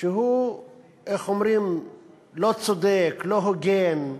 שהוא לא צודק, לא הוגן,